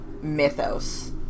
mythos